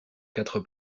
quatre